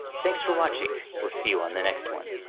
thanks for watching, we'll see you on the next one.